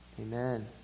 Amen